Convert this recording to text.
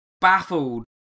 baffled